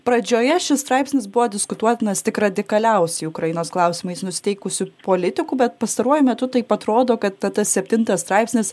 pradžioje šis straipsnis buvo diskutuotinas tik radikaliausiai ukrainos klausimais nusiteikusių politikų bet pastaruoju metu taip atrodo kad tas septintas straipsnis